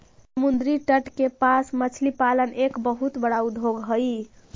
समुद्री तट के पास मछली पालन एक बहुत बड़ा उद्योग हइ